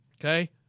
okay